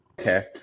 Okay